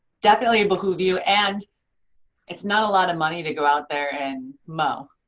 definitely behoove you and it's not a lot of money to go out there and mow,